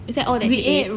is that all that you ate